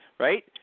right